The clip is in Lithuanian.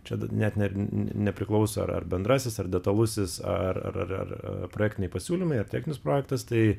čia net ne ne nepriklauso ar ar bendrasis ar detalusis ar ar ar ar projektiniai pasiūlymai ar techninis projektas tai